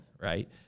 right